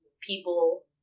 people